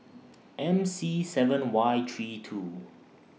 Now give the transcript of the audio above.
M C seven Y three two